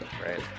right